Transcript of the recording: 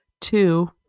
two